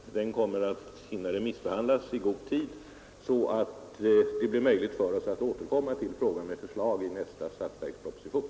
I god tid kommer den att hinna remissbehandlas så att det blir möjligt för oss att återkomma till frågan med förslag i nästa statsverksproposition.